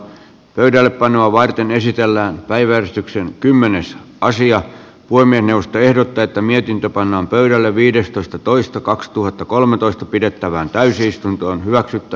pöydällepanoa varten esitellään päiväystyksen kymmenessä osia voimme tehdä tätä mietintö pannaan pöydälle viidestoista toista kaksituhattakolmetoista pidettävään täysistuntoon hyväksytty